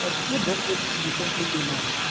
ah this is a book which recently came out,